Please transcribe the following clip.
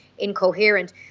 incoherent